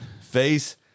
Face